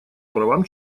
правам